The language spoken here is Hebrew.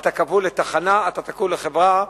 אתה כבול לתחנה, אתה כבול לחברה.